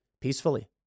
Peacefully